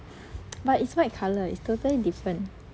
but it's white colour is totally different